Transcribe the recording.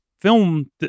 Film